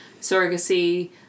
surrogacy